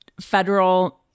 federal